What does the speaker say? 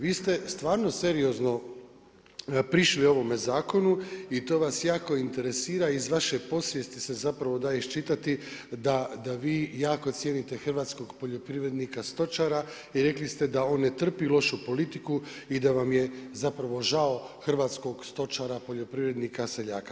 Vi ste stvarno seriozno prišli ovome zakonu i to vas jako interesira i iz vaše podsvijesti se zapravo da iščitati da vi jako cijenite hrvatskog poljoprivrednika stočara i rekli ste da on ne trpi lošu politiku i da vam je zapravo žao hrvatskog stočara, poljoprivrednika, seljaka.